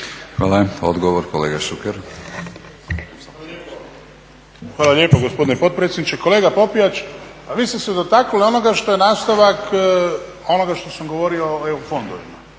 Ivan (HDZ)** Hvala lijepo gospodine potpredsjedniče. Kolega Popijač, pa vi ste se dotaknuli onoga što je nastavak onoga što sam govorio o EU fondovima.